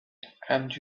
and